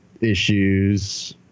issues